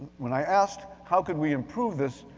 when i asked how could we improve this,